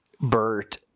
Bert